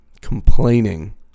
complaining